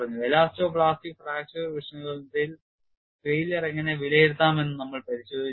elasto plastic fracture വിശകലനത്തിൽ failure എങ്ങനെ വിലയിരുത്താം എന്ന് നമ്മൾ പരിശോധിച്ചു